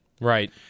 Right